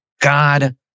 God